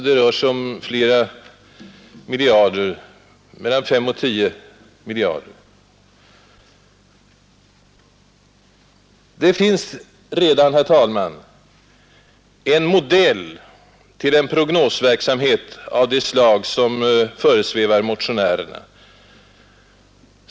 Det rör sig troligen som sagt om storleksordningen 5—10 miljarder kronor. Det finns redan, herr talman, en modell till en prognosverksamhet av det slag som föresvävat motionärerna.